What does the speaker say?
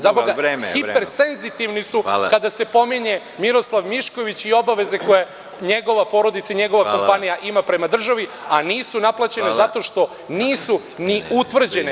Zaboga, hipersenzitivni su kada se spominje Miroslav Mišković i obaveze koje njegova porodica i njegova kompanija ima prema državi, a nisu naplaćene zato što nisu ni utvrđene.